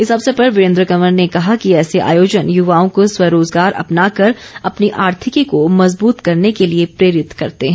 इस अवसर पर वीरेन्द्र कंवर ने कहा कि ऐसे आयोजन युवाओं को स्वरोजगार अपनाकर अपनी आर्थिकी को मजबूत करने के लिए प्रेरित करते हैं